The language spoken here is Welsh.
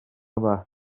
yma